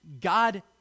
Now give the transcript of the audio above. God